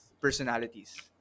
personalities